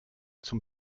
zum